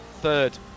third